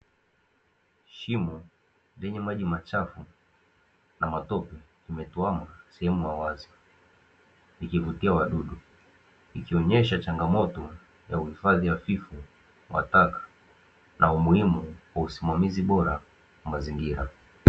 Shimo lenye maji machafu ama tope limetuwama sehemu ya wazi ikivutia wadudu, ikionyesha changamoto ya uhifadhi hafifu wa taka na umuhimu wa usimamizi bora wa mazingira.